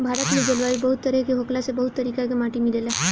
भारत में जलवायु बहुत तरेह के होखला से बहुत तरीका के माटी मिलेला